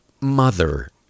Mother